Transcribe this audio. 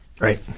Right